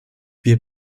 wir